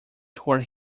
tore